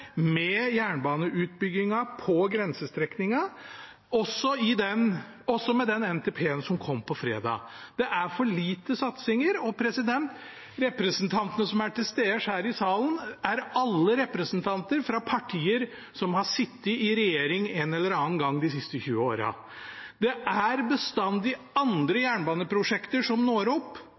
med jernbaneutbyggingen på grensestrekningene, også med den NTP-en som kom på fredag. Det er for lite satsinger. Representantene som er til stede i salen, er alle representanter fra partier som har sittet i regjering en eller annen gang de siste 20 årene. Det er bestandig andre jernbaneprosjekter enn jernbaneprosjektene på grensebanene våre som når opp.